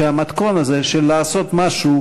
שהמתכון הזה של "לעשות משהו",